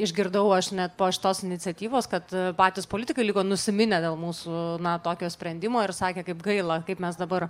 išgirdau aš net po šitos iniciatyvos kad patys politikai liko nusiminę dėl mūsų na tokio sprendimo ir sakė kaip gaila kaip mes dabar